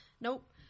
Nope